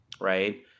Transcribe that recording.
right